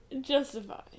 Justify